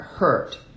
hurt